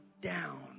down